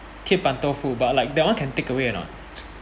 铁板豆腐 but I'd like that one can take away or not